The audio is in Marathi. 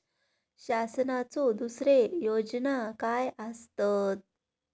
शासनाचो दुसरे योजना काय आसतत?